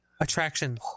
attraction